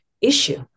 issue